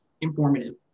informative